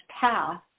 path